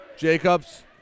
Jacobs